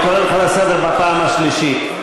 אני קורא אותך לסדר בפעם השלישית.